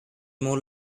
more